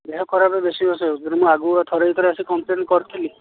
ଦେହ ଖରାପ ବେଶୀ ହେଉଛି ମୁଁ ଆଗରୁ ଥରେ ଦୁଇଥର ଆସି କମ୍ପ୍ଲେନ୍ କରିଥିଲି